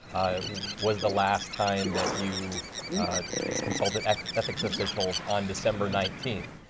was the last time that you consulted ethics officials on december nineteen?